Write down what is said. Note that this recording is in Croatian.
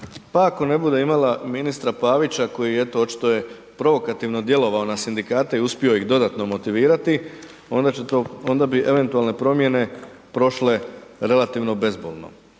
Pa ako ne bude imala ministra Pavića koji eto očito je provokativno djelovao na sindikate i uspio ih dodatno motivirati onda će to, onda bi eventualne promjene prošle relativno bezbolno.